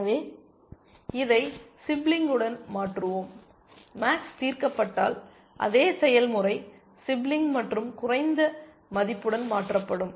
எனவே இதை சிப்லிங்குடன் மாற்றுவோம் மேக்ஸ் தீர்க்கப்பட்டால் அதே செயல்முறை சிப்லிங் மற்றும் குறைந்த மதிப்புடன் மாற்றப்படும்